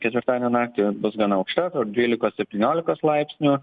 ketvirtadienio naktį bus gana aukšta dvylikos septyniolikos laipsnių